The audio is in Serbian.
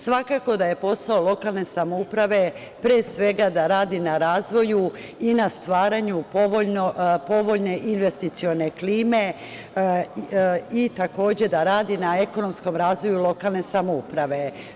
Svakako da je posao lokalne samouprave pre svega da radi na razvoju i na stvaranju povoljne investicione klime i takođe da radi na ekonomskom razvoju lokalne samouprave.